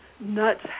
nuts